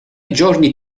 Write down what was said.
giorni